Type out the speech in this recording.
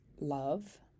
love